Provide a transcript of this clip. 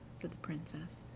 said the princess.